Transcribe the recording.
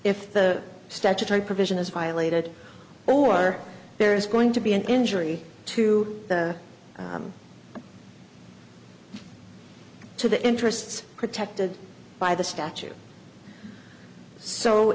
if the statutory provision is violated or there is going to be an injury to the to the interests protected by the statute so